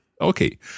Okay